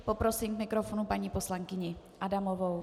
Poprosím k mikrofonu paní poslankyni Adamovou.